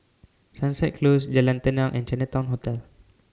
Sunset Close Jalan Tenang and Chinatown Hotel